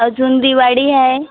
अजून दिवाळी आहे